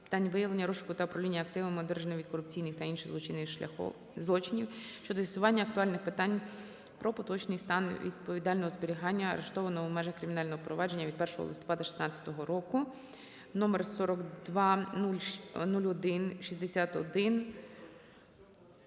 питань виявлення, розшуку та управління активами, одержаними від корупційних та інших злочинів щодо з'ясування актуальних питань про поточний стан відповідального зберігання арештованого, у межах кримінального провадження від 1 листопада 16-го року №